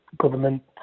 government